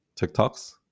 TikToks